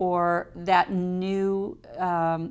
or that new